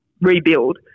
rebuild